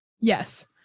Yes